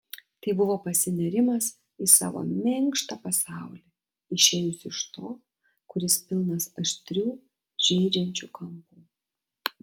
tai buvo pasinėrimas į savo minkštą pasaulį išėjus iš to kuris pilnas aštrių žeidžiančių kampų